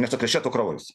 nesukrešėtų kraujas